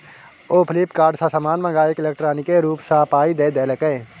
ओ फ्लिपकार्ट सँ समान मंगाकए इलेक्ट्रॉनिके रूप सँ पाय द देलकै